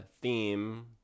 theme